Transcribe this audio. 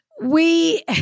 We-